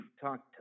talked